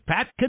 Pat